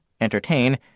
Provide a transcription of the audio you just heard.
entertain